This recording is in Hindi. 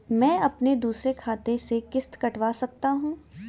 मैं अपने दूसरे खाते से किश्त कटवा सकता हूँ?